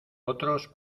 otros